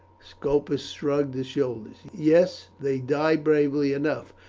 scopus shrugged his shoulders. yes, they die bravely enough.